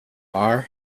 are